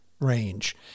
range